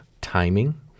Timing